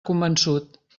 convençut